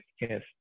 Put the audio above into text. Yes